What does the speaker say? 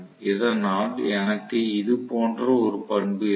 இதனால் எனக்கு இதுபோன்ற ஒரு பண்பு இருக்கும்